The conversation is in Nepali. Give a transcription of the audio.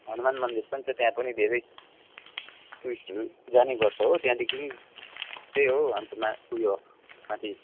हनुमान मन्दिर पनि छ त्यहाँ पनि धेरै टुरिस्टहरू जाने गर्छ हो त्यहाँदेखि त्यही हो अन्तमा उयो माथि